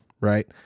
right